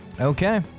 Okay